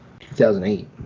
2008